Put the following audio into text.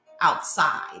outside